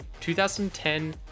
2010